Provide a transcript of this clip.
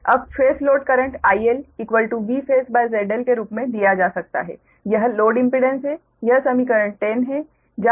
अब phase load current IL Vphase ZL के रूप में दिया जा सकता है यह लोड इम्पीडेंस है यह समीकरण 10 है